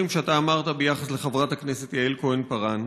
שאמרת ביחס לחברת הכנסת יעל כהן-פארן,